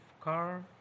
car